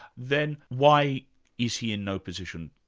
then why is he in no position,